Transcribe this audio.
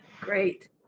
Great